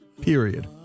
Period